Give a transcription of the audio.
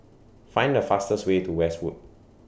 Find The fastest Way to Westwood